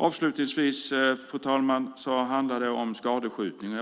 Avslutningsvis, fru talman, gäller det skadskjutningen,